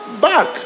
back